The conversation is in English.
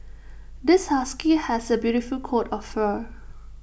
this husky has A beautiful coat of fur